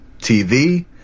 TV